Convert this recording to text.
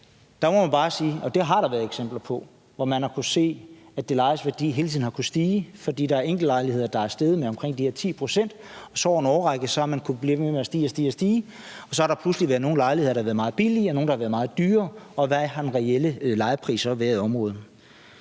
– må man bare sige, at der har været eksempler, hvor man har kunnet se, at det lejedes værdi hele tiden har kunnet stige, fordi der er enkeltlejligheder, der er steget med omkring de her 10 pct., og over en årrække har de så kunnet blive ved med at stige og stige og stige, og så har der pludselig været nogle lejligheder, der har været meget billige, og nogle, der har været meget dyre, og hvad har den reelle lejepris så været i området?